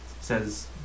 says